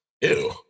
Ew